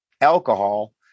alcohol